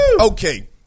Okay